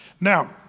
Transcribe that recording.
Now